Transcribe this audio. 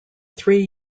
three